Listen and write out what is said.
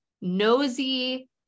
Nosy